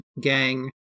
gang